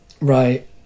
Right